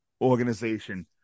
organization